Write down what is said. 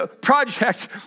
project